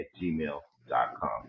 gmail.com